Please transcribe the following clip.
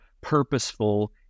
purposeful